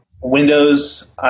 Windows